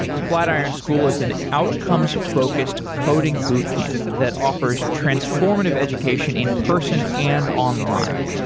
flatiron school is an outcomes-focused coding boot camp that offers transformative education in-person and online.